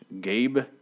Gabe